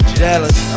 jealous